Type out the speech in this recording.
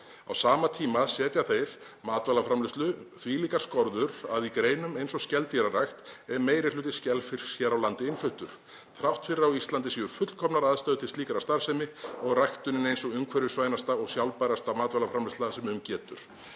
Á sama tíma setja þeir matvælaframleiðslu þvílíkar skorður að í greinum eins og skeldýrarækt er meirihluti skelfisks hér á landi innfluttur, þrátt fyrir að á Íslandi séu fullkomnar aðstæður til slíkrar starfsemi og ræktunin ein sú umhverfisvænasta og sjálfbærasta matvælaframleiðsla sem um getur.“